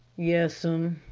yes'm,